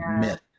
myth